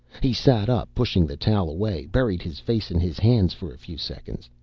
he sat up, pushing the towel away, buried his face in his hands for a few seconds,